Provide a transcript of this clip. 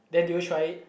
then did you try it